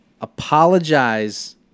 Apologize